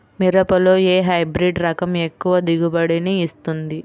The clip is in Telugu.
మిరపలో ఏ హైబ్రిడ్ రకం ఎక్కువ దిగుబడిని ఇస్తుంది?